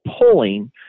pulling